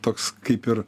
toks kaip ir